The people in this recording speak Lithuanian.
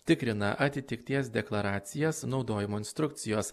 tikrina atitikties deklaracijas naudojimo instrukcijos